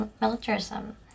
militarism